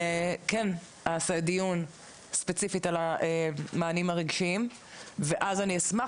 כן אעשה דיון ספציפית על המענים הרגשיים ואז אני אשמח